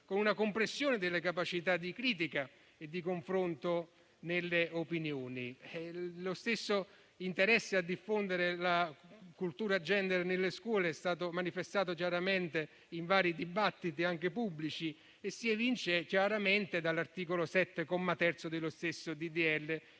con una compressione delle capacità di critica e confronto di opinioni. Lo stesso interesse a diffondere la cultura *gender* nelle scuole è stato manifestato chiaramente in vari dibattiti anche pubblici e si evince nitidamente dall'articolo 7, comma 3, dello stesso